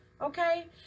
okay